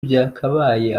byakabaye